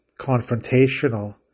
confrontational